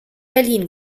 berlin